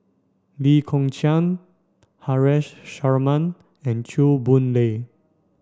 Lee Kong Chian Haresh Sharma and Chew Boon Lay